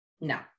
No